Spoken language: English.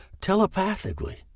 telepathically